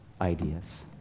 ideas